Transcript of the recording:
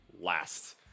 last